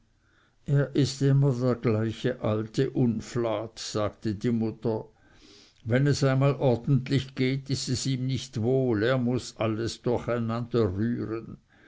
er ist immer der gleiche alte unflat sagte die mutter wenn es mal ordentlich geht ist es ihm nicht wohl er muß alles